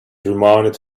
reminded